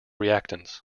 reactants